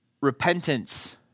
repentance